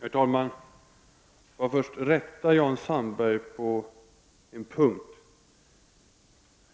Herr talman! Låt mig först rätta Jan Sandberg på en punkt.